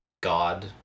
God